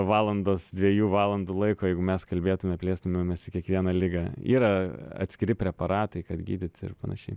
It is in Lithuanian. valandos dviejų valandų laiko jeigu mes kalbėtume plėstumėmės į kiekvieną ligą yra atskiri preparatai kad gydyti ir panašiai